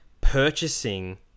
purchasing